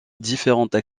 différentes